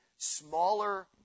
smaller